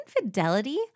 infidelity